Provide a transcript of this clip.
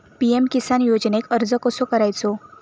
PM Kisan योजनेक अर्ज कसो करायचो?